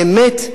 באמת,